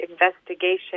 investigation